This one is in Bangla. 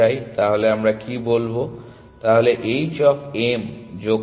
তাহলে আমরা কি বলবো তাহলে h অফ m যোগ করো